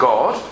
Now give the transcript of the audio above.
God